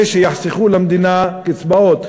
בזה שיחסכו למדינה קצבאות,